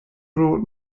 brought